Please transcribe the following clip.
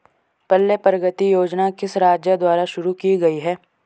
पल्ले प्रगति योजना किस राज्य द्वारा शुरू की गई है?